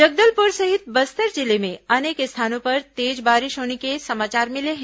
जगदलपुर सहित बस्तर जिले में अनेक स्थानों पर तेज बारिश होने के समाचार मिले हैं